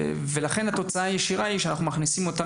התוצאה הישירה היא שאנחנו מכניסים אותם